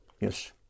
yes